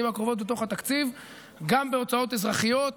הקרובות בתוך התקציב גם בהוצאות אזרחיות,